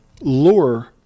lure